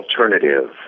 alternative